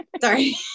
sorry